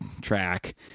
track